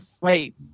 Wait